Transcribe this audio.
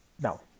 now